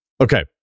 Okay